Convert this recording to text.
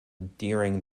during